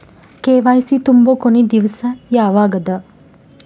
KYC ತುಂಬೊ ಕೊನಿ ದಿವಸ ಯಾವಗದ?